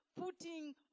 putting